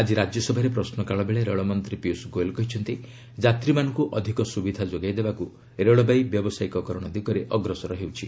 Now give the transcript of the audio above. ଆଜି ରାଜ୍ୟସଭାରେ ପ୍ରଶ୍ନକାଳ ବେଳେ ରେଳମନ୍ତ୍ରୀ ପିୟୁଷ ଗୋୟଲ କହିଛନ୍ତି ଯାତ୍ରୀମାନଙ୍କୁ ଅଧିକ ସୁବିଧା ଯୋଗାଇ ଦେବାକୁ ରେଳବାଇ ବ୍ୟବସାୟିକକରଣ ଦିଗରେ ଅଗ୍ରସର ହେଉଛି